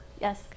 Yes